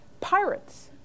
pirates